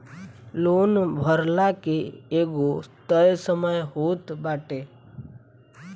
loan भरला के एगो तय समय होत बाटे